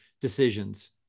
decisions